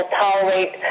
tolerate